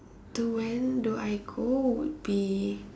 to when do I go would be